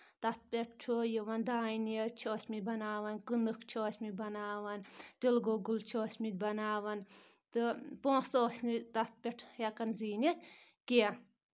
تَتھ پؠٹھ چھُ یِوان دانہِ چھِ ٲسمٕتۍ بَناوَان کٕنٕک چھِ ٲسۍ مٕتۍ بَناوَان تِلہٕ گۄگُل چھِ ٲسۍ مٕتۍ بَناوَان تہٕ پونٛسہٕ ٲسۍ نہٕ تَتھ پؠٹھ ہؠکَان زیٖنِتھ کینٛہہ